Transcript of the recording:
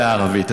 בערבית.